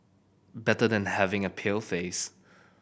better than having a pale face